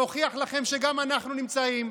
להוכיח לכם שגם אנחנו נמצאים.